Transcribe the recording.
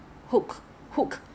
那个